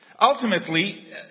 Ultimately